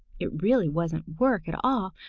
it really wasn't work at all,